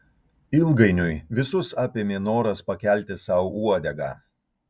ilgainiui visus apėmė noras pakelti sau uodegą